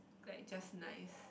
like just nice